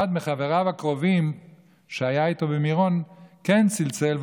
אחד מחבריו הקרובים שהיה איתו במירון כן צלצל.